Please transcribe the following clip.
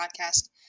podcast